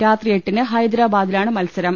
രാത്രി എട്ടിന് ഹൈദരാബാദിലാണ് മത്സരം